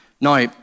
Now